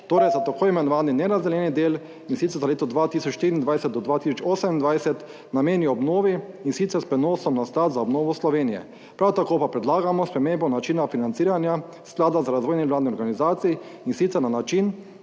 torej za tako imenovani nerazdeljeni del, in sicer za leto 2024 do 2028, namenil obnovi in sicer s prenosom na Sklad za obnovo Slovenije. Prav tako pa predlagamo spremembo načina financiranja sklada za razvoj nevladnih organizacij in sicer na način,